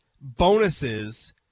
bonuses